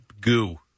goo